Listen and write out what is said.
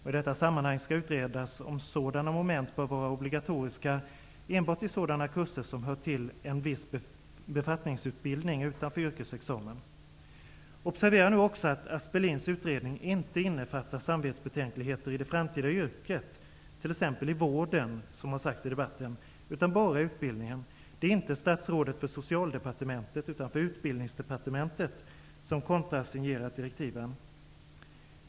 I detta sammanhang skall utredas om sådana moment bör vara obligatoriska enbart i sådana kurser som hör till en viss befattningsutbildning utanför yrkesexamen. Observera också att Aspelins utredning inte innefattar samvetsbetänkligheter i det framtida yrket t.ex. i vården, som har sagts i debatten, utan bara i utbildningen! Det är inte statsrådet för Utbildningsdepartementet som kontrasignerat direktiven.